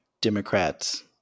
democrats